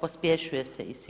pospješuje se i sigurnost.